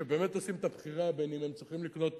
שבאמת עושים את הבחירה אם הם ממשיכים לקנות